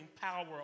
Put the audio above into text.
power